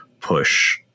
push